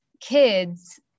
kids